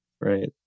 right